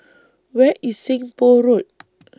Where IS Seng Poh Road